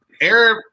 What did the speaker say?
air